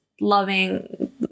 loving